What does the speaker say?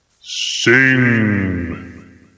Sing